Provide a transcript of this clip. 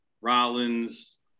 Rollins